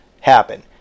happen